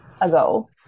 ago